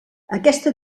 aquesta